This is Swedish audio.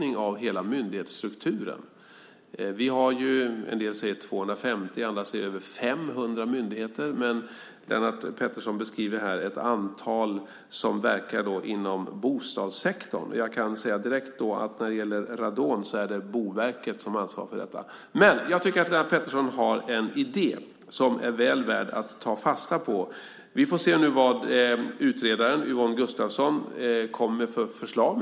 Vi har många myndigheter - en del säger att det är 250 och andra säger att det är över 500 myndigheter. Lennart Pettersson beskriver här ett antal myndigheter som verkar inom bostadssektorn. Jag kan säga direkt att när det gäller radon är det Boverket som ansvarar för detta. Jag tycker att Lennart Pettersson har en idé som är väl värd att ta fasta på. Vi får se vad utredaren Yvonne Gustafsson kommer med för förslag.